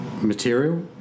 material